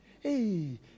hey